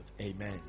Amen